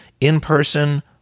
in-person